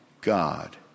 God